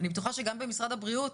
אני בטוחה שגם במשרד הבריאות.